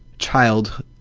child